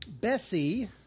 Bessie